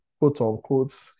quote-unquote